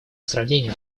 сравнению